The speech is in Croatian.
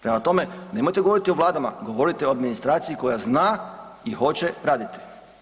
Prema tome, nemojte govoriti o vladama, govorite o administraciji koja zna i hoće raditi.